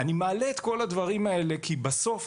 אני מעלה את כל הדברים האלה כי בסוף